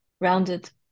rounded